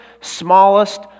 smallest